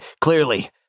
clearly